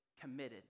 committed